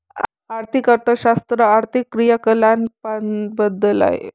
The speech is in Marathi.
आर्थिक अर्थशास्त्र आर्थिक क्रियाकलापांबद्दल आहे